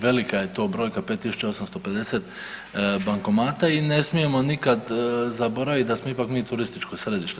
Velika je to brojka 5.850 bankomata i ne smijemo nikad zaboraviti da smo ipak mi turističko središte.